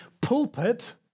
pulpit